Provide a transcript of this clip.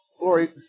Lori